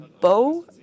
bow